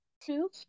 two